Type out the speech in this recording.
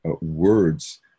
words